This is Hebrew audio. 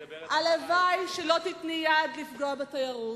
והלוואי שלא תיתני יד לפגוע בתיירות,